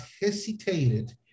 hesitated